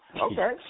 Okay